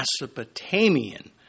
Mesopotamian